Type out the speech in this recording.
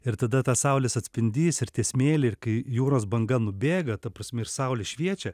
ir tada tas saulės atspindys ir tie smėlį ir kai jūros banga nubėga ta prasme ir saulė šviečia